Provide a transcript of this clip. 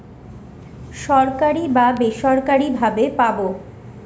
সরকারি বা বেসরকারি ভাবে পাবো